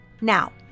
Now